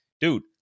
Dude